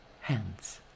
hands